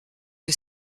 que